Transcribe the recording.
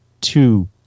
two